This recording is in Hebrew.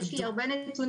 יש לי הרבה מאוד נתונים,